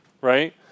right